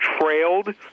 trailed